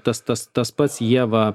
tas tas tas pats ieva